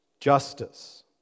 justice